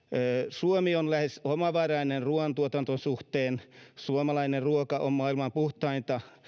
suomi on lähes omavarainen ruoantuotannon suhteen suomalainen ruoka on maailman puhtainta